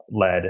led